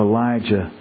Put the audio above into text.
Elijah